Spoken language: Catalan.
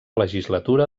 legislatura